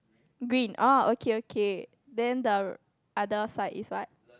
green orh okay okay then the other side is what